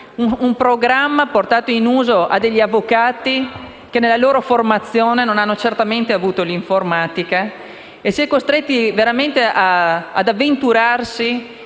un programma portato in uso a degli avvocati che, nella loro formazione, non hanno certamente avuto l'informatica e sono costretti ad avventurarsi